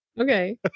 Okay